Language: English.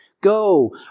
go